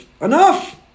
Enough